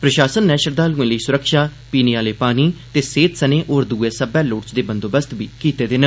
प्रशासन नै श्रद्वालुए लेई सुरक्षा पीने आहले पानी ते सेहत सने होर दुए सब्बै लोड़चदे बंदोबस्त बी कीते दे न